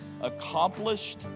accomplished